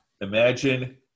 Imagine